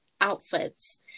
outfits